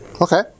Okay